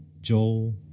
Joel